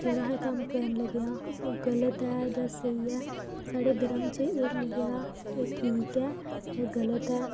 जेह्ड़ा अस एह् कम्म करन लग्गे आं ओह् गलत ऐ जां स्हेई ऐ साढ़े धर्म च एह् लिखे दा एह् ठीक ऐ जां गलत ऐ